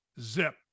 zip